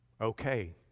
Okay